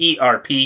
ERP